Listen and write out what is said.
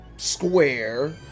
square